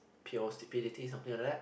pure stupidity something like that